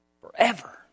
Forever